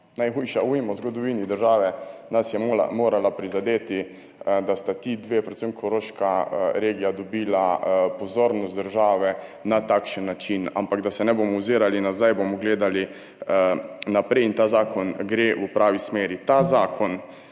najhujša ujma v zgodovini države nas je morala prizadeti, da sta ti dve, predvsem Koroška regija, dobili pozornost države na takšen način. Ampak da se ne bomo ozirali nazaj, bomo gledali naprej, ta zakon gre v pravo smer. Ta zakon